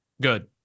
good